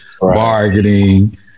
bargaining